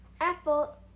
apple